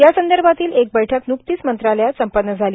या संदर्भातील एक बैठक न्कतीच मंत्रालयात संपन्न झाली